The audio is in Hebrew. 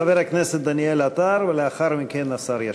חבר הכנסת דניאל עטר, ולאחר מכן השר ישיב.